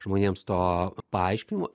žmonėms to paaiškinimo